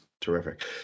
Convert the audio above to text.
Terrific